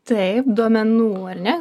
taip duomenų ar ne